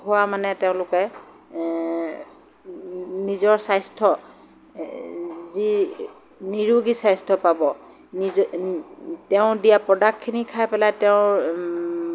হোৱা মানে তেওঁলোকে নিজৰ স্বাস্থ্য যি নিৰোগী স্বাস্থ্য পাব নিজে তেওঁ দিয়া প্ৰ'ডাক্টখিনি খাই পেলাই তেওঁৰ